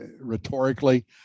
rhetorically